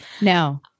No